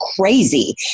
crazy